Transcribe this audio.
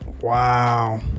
wow